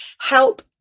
help